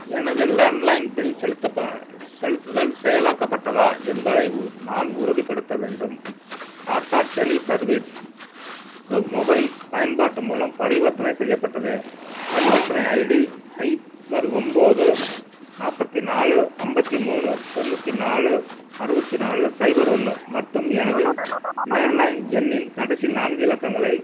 எனது landline bill செலுத்தப்ப செலுத்துதல் செயலாக்கப்பட்டதா என்பதை உ நான் உறுதிப்படுத்த வேண்டும் டாடா டெலி சர்வீஸ்க்கு மொபைல் பயன்பாட்டு மூலம் பரிவர்த்தனை செய்யப்பட்டது பரிவர்த்தனை ஐடி சைபர் ஒன்போது நாற்பத்தி நாலு ஐம்பத்தி மூணு தொண்ணூற்றி நாலு அறுபத்தி நாலு சைபர் ஒன்று மற்றும் எனது லேண்ட்லைன் எண்ணின் கடைசி நான்கு இலக்கங்களை